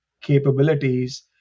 capabilities